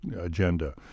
agenda